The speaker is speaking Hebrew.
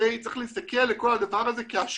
צריך להסתכל על כל הדבר הזה כעל השקעה.